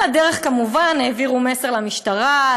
על הדרך כמובן העבירו מסר למשטרה,